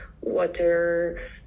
water